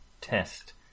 test